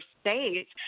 states